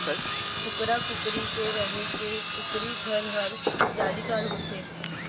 कुकरा, कुकरी के रहें के कुकरी घर हर जालीदार होथे